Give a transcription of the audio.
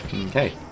Okay